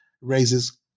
raises